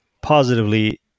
positively